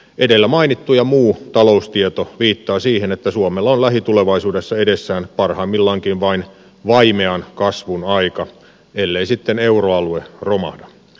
edellä mainittu ja muu taloustieto viittaavat siihen että suomella on lähitulevaisuudessa edessään parhaimmillaankin vain vaimean kasvun aika ellei sitten euroalue romahda